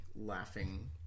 laughing